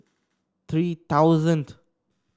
three thousand